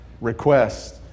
request